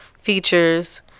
features